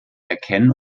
erkennen